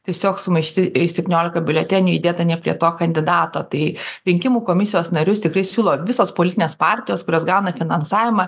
tiesiog sumaišyti septyniolika biuletenių įdėta ne prie to kandidato tai rinkimų komisijos narius tikrai siūlo visos politinės partijos kurios gauna finansavimą